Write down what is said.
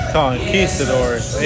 Conquistadors